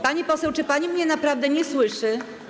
Pani poseł, czy pani mnie naprawdę nie słyszy?